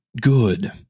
good